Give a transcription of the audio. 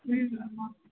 ம் ஆமாம்